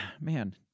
man